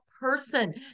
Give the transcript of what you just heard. person